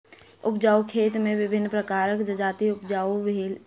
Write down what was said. उपजाउ खेत मे विभिन्न प्रकारक जजाति उपजाओल जाइत छै